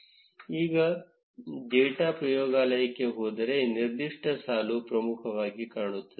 ನೀವು ಈಗ ಡೇಟಾ ಪ್ರಯೋಗಾಲಯಕ್ಕೆ ಹೋದರೆ ನಿರ್ದಿಷ್ಟ ಸಾಲು ಪ್ರಮುಖವಾಗಿ ಕಾಣುತ್ತದೆ